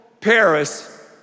Paris